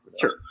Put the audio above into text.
Sure